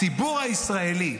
הציבור הישראלי,